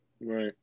Right